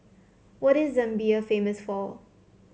what is Zambia famous for